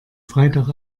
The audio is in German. freitag